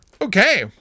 Okay